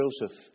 Joseph